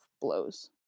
Blows